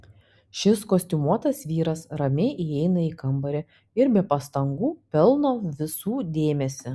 šis kostiumuotas vyras ramiai įeina į kambarį ir be pastangų pelno visų dėmesį